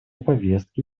повестке